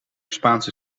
spaanse